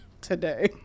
today